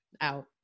out